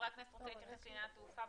מישהו מחברי הכנסת רוצה להתייחס לעניין התעופה?